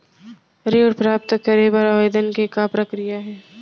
ऋण प्राप्त करे बर आवेदन के का प्रक्रिया हे?